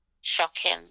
shocking